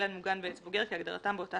"אילן מוגן" ו״עץ בוגר״ - כהגדרתם באותה